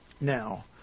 Now